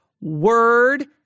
word